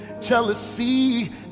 jealousy